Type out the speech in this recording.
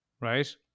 Right